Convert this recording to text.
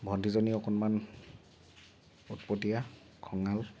ভণ্টীজনী অকণমান উৎপতীয়া খঙাল